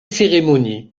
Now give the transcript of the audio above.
cérémonies